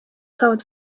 saavad